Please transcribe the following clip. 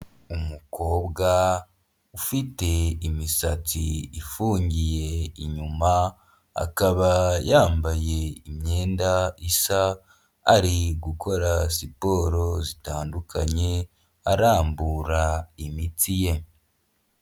Umukobwa ufite imisatsi ifungiye inyuma, akaba yambaye imyenda isa ari gukora siporo zitandukanye arambura imitsi ye.